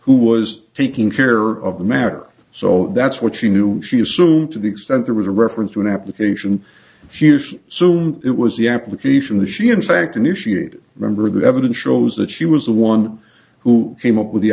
who was taking care of the matter so that's what she knew she assumed to the extent there was a reference to an application so it was the application the she in fact initiated remember the evidence shows that she was the one who came up with the